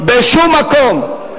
בשום מקום.